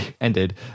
ended